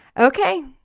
okay,